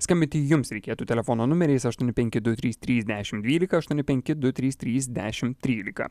skambinti jums reikėtų telefono numeriais aštuoni penki du trys trys dešim dvylika aštuoni penki du trys trys dešim trylika